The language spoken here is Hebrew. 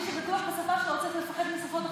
אמרתי שמי שבטוח בשפה שלו לא צריך לפחד משפות אחרות.